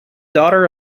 daughter